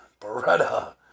Beretta